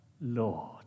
Lord